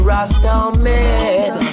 Rastaman